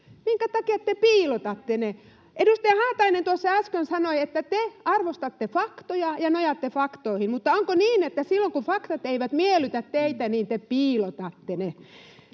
Minkä takia te piilotatte ne? Edustaja Haatainen tuossa äsken sanoi, että te arvostatte faktoja ja nojaatte faktoihin, mutta onko niin, että silloin kun faktat eivät miellytä teitä, niin te piilotatte ne?